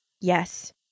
Yes